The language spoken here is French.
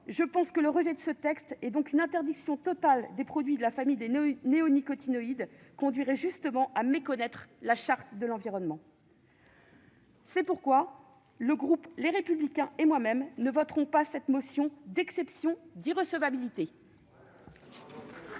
je pense que c'est le rejet de ce texte, et donc l'interdiction totale des produits de la famille des néonicotinoïdes, qui conduirait à méconnaître la Charte de l'environnement. C'est pourquoi le groupe Les Républicains et moi-même ne voterons pas cette motion d'exception d'irrecevabilité.